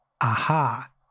aha